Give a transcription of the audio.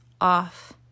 off